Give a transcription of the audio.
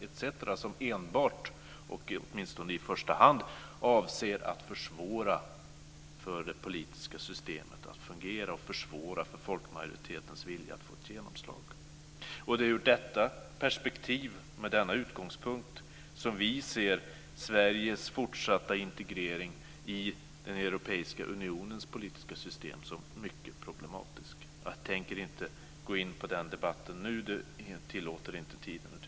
etc., som enbart, och åtminstone i första hand, avser att försvåra för det politiska systemet att fungera och försvåra för folkmajoritetens vilja att få ett genomslag. Det är ur detta perspektiv och med denna utgångspunkt som vi ser Sveriges fortsatta integrering i den europeiska unionens politiska system som mycket problematisk. Jag tänker inte gå in på den debatten nu - det tillåter inte tiden.